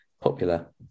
Popular